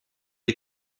est